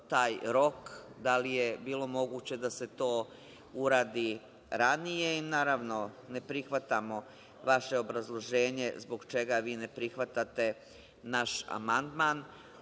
da li je bilo moguće da se to uradi ranije? Naravno, ne prihvatamo vaše obrazloženje zbog čega vi ne prihvatate naš amandman.